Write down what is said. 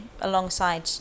alongside